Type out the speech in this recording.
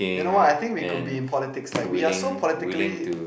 you know what I think we could be in politics like we are so politically